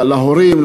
להורים,